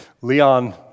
Leon